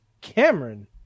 Cameron